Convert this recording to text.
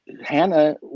Hannah